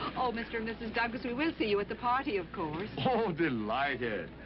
oh, mr. and mrs. douglas, we will see you at the party, of course? oh, delighted!